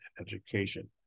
education